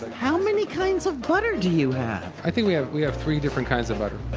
how many kinds of butter do you have? i think we have we have three different kinds of butter